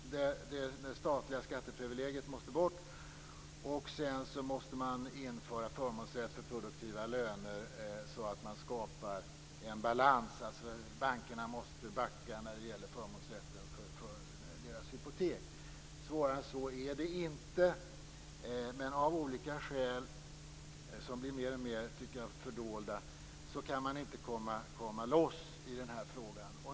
Det statliga skatteprivilegiet måste bort, och sedan måste man införa förmånsrätt för produktiva löner så att man skapar en balans. Bankerna måste alltså backa när det gäller förmånsrätten för sina hypotek. Svårare än så är det inte. Men av olika skäl, som jag tycker blir mer och mer fördolda, kan man inte komma loss i den här frågan.